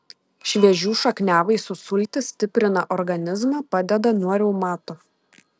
šviežių šakniavaisių sultys stiprina organizmą padeda nuo reumato